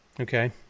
Okay